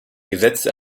gesetze